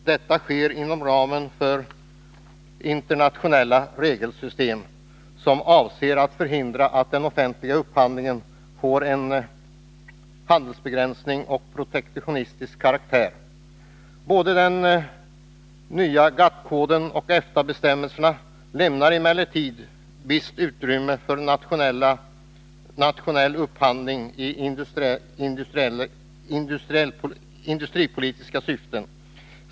Detta sker inom ramen för internationella regelsystem, som avser att förhindra att den offentliga upphandlingen får en handelsbegränsande och protektionistisk karaktär. Både den nya Gatt-koden och EFTA-bestämmelserna lämnar emellertid visst utrymme för nationell upphandling i industripolitiska syften.